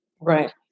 Right